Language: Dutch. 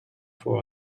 voor